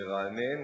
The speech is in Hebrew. לרענן,